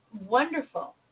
wonderful